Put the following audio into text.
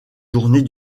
journées